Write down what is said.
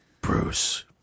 Bruce